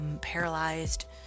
paralyzed